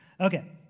Okay